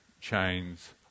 chains